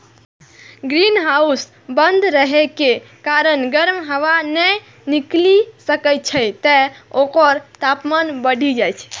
greenhouse बंद रहै के कारण गर्म हवा नै निकलि सकै छै, तें ओकर तापमान बढ़ि जाइ छै